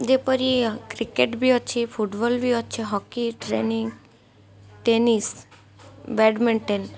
ଯେପରି କ୍ରିକେଟ୍ବି ଅଛି ଫୁଟବଲ୍ବି ଅଛି ହକି ଟ୍ରେନିଙ୍ଗ୍ ଟେନିସ୍ ବ୍ୟାଡ଼ମିଣ୍ଟନ୍